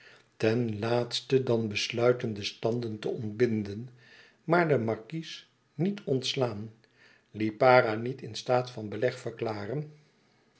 ten laatste dan besluiten de standen te ontbinden maar den markies niet ontslaan lipara niet in staat van beleg verklaren